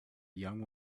young